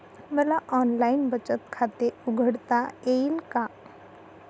मला ऑनलाइन बचत खाते उघडता येईल का?